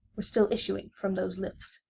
were still issuing from those lips.